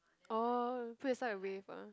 oh put inside a wave ah